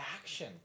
action